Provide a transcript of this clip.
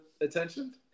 attention